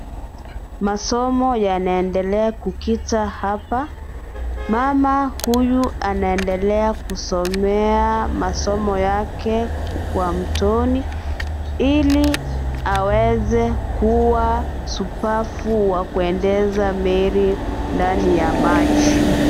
Masomo yanaendelea kukita hapa. Mama huyu anaendelea kusomea masomo yake kwa mtoni, ili aweze kuwa shupavu wa kukendesha meli ndani ya maji.